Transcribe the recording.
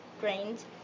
grains